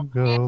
go